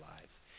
lives